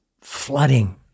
flooding